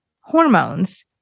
hormones